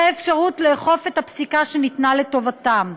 אפשרות לאכוף את הפסיקה שניתנה לטובתם.